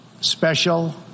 special